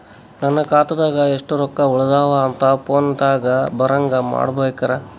ನನ್ನ ಖಾತಾದಾಗ ಎಷ್ಟ ರೊಕ್ಕ ಉಳದಾವ ಅಂತ ಫೋನ ದಾಗ ಬರಂಗ ಮಾಡ ಬೇಕ್ರಾ?